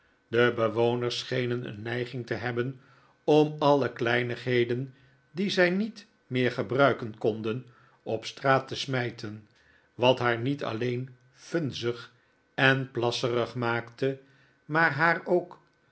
de bewoners schenen een neiging te hebben om alle kleinigheden die zij niet meer gebruiken konden op straat te smijten wat haar niet alleen vunzig en plasserig maakte maar haar ook